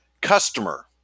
Customer